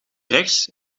rechts